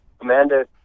Amanda